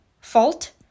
fault